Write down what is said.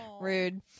Rude